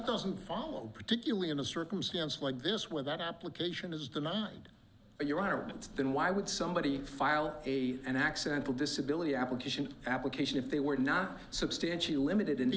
doesn't follow particularly in a circumstance like this where that application is denied and you aren't then why would somebody file a and accidental disability application application if they were not substantially limited in the